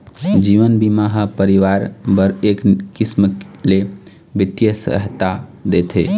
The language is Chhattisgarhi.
जीवन बीमा ह परिवार बर एक किसम ले बित्तीय सहायता देथे